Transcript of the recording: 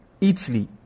Italy